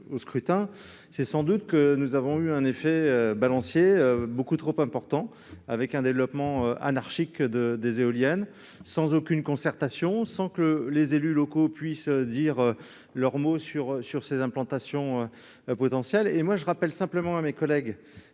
présentés, c'est sans doute que nous avons eu un effet de balancier beaucoup trop important, avec un développement anarchique des éoliennes, sans aucune concertation et sans que les élus locaux puissent dire leur mot sur les implantations potentielles. Je rappelle simplement à mes collègues